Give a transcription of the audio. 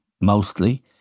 mostly